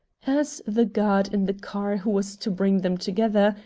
as the god in the car who was to bring them together,